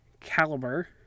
caliber